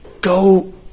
Go